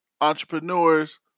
entrepreneurs